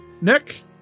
Nick